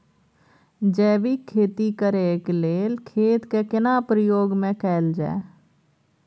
जैविक खेती करेक लैल खेत के केना प्रयोग में कैल जाय?